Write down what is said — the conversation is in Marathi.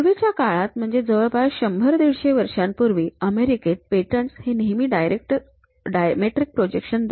पूर्वीच्या काळात म्हणजे जवळपास १०० १५० वर्षांपूर्वी अमेरिकेत पेटंट्स हे नेहमी डायमेट्रिक प्रोजेक्शन द्वारे दर्शविले जायचे